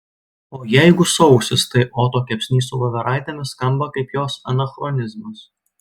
o jeigu sausis tai oto kepsnys su voveraitėmis skamba kaip jos anachronizmas